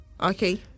Okay